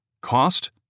Cost